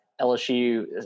LSU